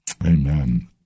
Amen